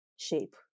shape